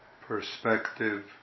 perspective